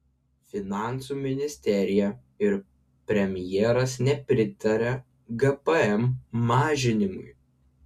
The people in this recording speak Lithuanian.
finansų ministerija ir premjeras nepritaria gpm mažinimui